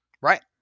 Right